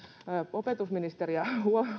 opetusministeriä